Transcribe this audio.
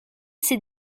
ses